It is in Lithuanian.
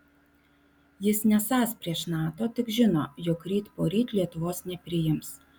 jis nesąs prieš nato tik žino jog ryt poryt lietuvos nepriims